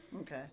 Okay